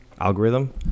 algorithm